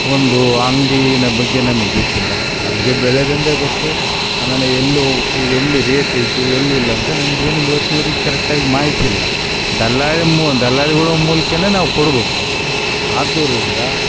ಒಂದು ಅಂಗಡಿನ ಬಗ್ಗೆ ನಮಗೆ ಗೊತ್ತಿಲ್ಲ ನಮಗೆ ಬೆಳೆದೊಂದೆ ಗೊತ್ತು ಆಮೇಲೆ ಎಲ್ಲಿ ಹೋಗ್ಬಕು ಎಲ್ಲಿ ರೇಟ್ ಐತಿ ಎಲ್ಲಿ ಇಲ್ಲಾಂತ ನಮ್ಗೇನು ಇವತ್ತಿನ್ವರಿಗ್ ಕರೆಟ್ಟಾಗ್ ಮಾಹಿತಿ ಇಲ್ಲ ದಲ್ಲಾಳಿ ಮು ದಲ್ಲಾಳಿಗಳ್ ಮೂಲ್ಕಾ ನಾವು ಕೊಡ್ಬೇಕು ಆದ್ದರಿಂದ